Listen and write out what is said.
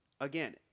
again